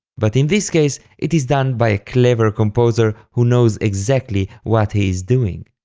but in this case, it is done by a clever composer who knows exactly what he is doing.